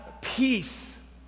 peace